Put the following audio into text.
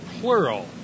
plural